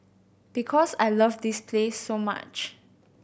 because I love this place so much